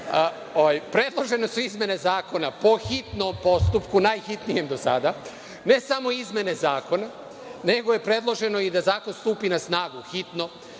Predložene su izmene zakona po hitnom postupku, najhitnijem do sada, ne samo izmene zakona, nego je predloženo i da zakon stupi na snagu hitno.